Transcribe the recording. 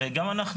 הרי גם אנחנו,